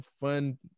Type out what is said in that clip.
fun